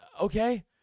okay